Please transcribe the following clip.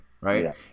right